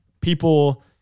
people